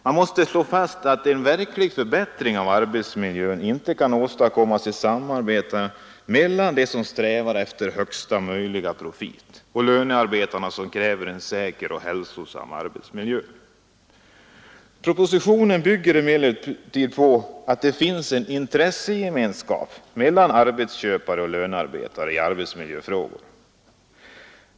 Det måste slås fast att en verklig förbättring av arbetsmiljön inte kan åstadkommas i samarbete mellan dem som strävar efter högsta möjliga profit och lönarbetarna som kräver en säker och hälsosam arbetsmiljö. Propositionen bygger emellertid på att det finns en intressegemenskap mellan arbetsköpare och lönarbetare i arbetsmiljöfrågor.